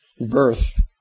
Birth